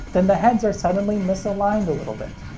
then the heads are suddenly misaligned a little bit.